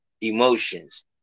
emotions